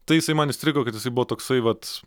tai jisai man įstrigo kad jisai buvo toksai vat